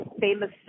famous